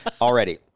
already